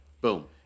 Boom